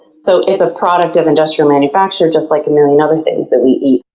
so it's a product of industrial manufacturing, just like a million other things that we eat.